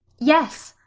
yes!